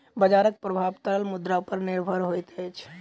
बजारक प्रभाव तरल मुद्रा पर निर्भर होइत अछि